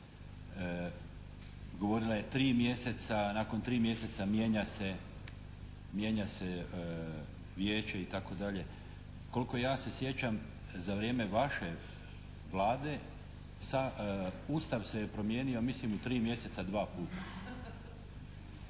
govorila je 3 mjeseca, nakon 3 mjeseca mijenja se vijeće itd. Koliko ja se sjećam za vrijeme vaše Vlade Ustav se je promijenio u 3 mjeseca 2 puta